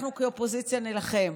אנחנו כאופוזיציה נילחם.